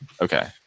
okay